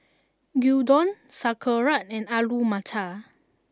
Gyudon Sauerkraut and Alu Matar